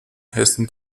hessen